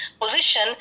position